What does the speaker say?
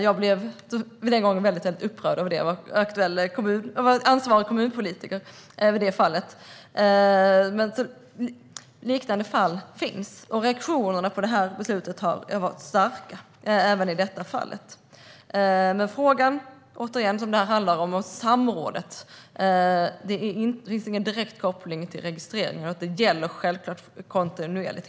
Jag som ansvarig kommunpolitiker blev då väldigt upprörd över detta. Det finns också liknande fall. Reaktionerna på det här beslutet har varit starka. Men frågan handlar återigen om samrådet. Det finns ingen direkt koppling till registrering, och det gäller självklart kontinuerligt.